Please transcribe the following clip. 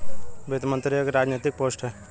वित्त मंत्री एक राजनैतिक पोस्ट है